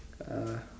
uh